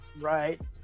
right